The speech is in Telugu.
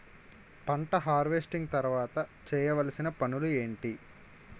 పంట హార్వెస్టింగ్ తర్వాత చేయవలసిన పనులు ఏంటి?